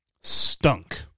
stunk